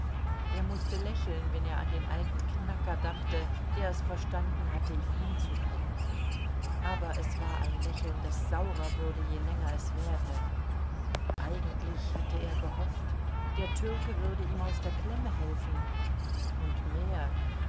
er mußte lächeln wenn er an den alten knacker dachte der es verstanden hatte ihn hinzuhalten aber es war ein lächeln das saurer wurde je länger es währte eigentlich hatte er gehofft der türke würde ihm aus der klemme helfen und mehr